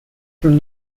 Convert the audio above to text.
from